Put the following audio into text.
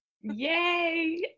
Yay